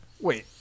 wait